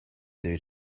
due